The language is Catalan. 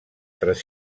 tres